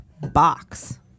box